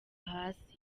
hasi